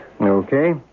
Okay